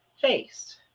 face